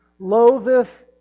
loatheth